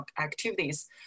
activities